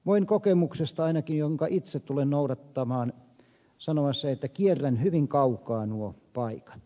voin kokemuksesta ainakin jota itse tulen noudattamaan sanoa sen että kierrän hyvin kaukaa nuo paikat